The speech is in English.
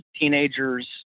teenagers